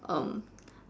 um